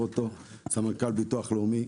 סמנכ"ל ביטוח לאומי,